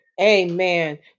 Amen